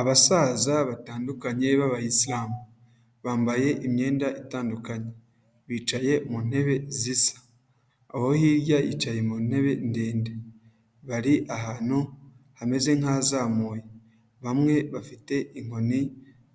Abasaza batandukanye b'abayisilamu, bambaye imyenda itandukanye, bicaye mu ntebe zisa, abo hirya bicaye mu ntebe ndende, bari ahantu hameze nk'ahazamuye, bamwe bafite inkoni